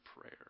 prayer